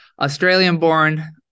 Australian-born